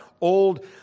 old